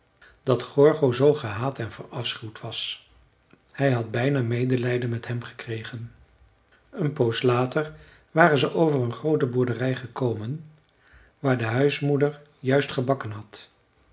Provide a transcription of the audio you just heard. dat gorgo zoo gehaat en verafschuwd was hij had bijna medelijden met hem gekregen een poos later waren ze over een groote boerderij gekomen waar de huismoeder juist gebakken had